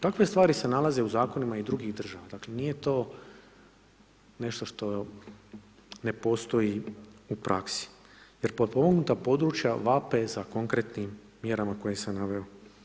Takve stvari se nalaze u zakonima i drugih država, dakle nije to nešto što ne postoji u praksi jer potpomognuta područja vape za konkretnim mjerama koje sam naveo.